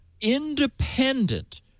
independent